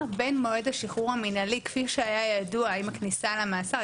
בין מועד השחרור המינהלי כפי שהיה ידוע עם הכניסה למאסר,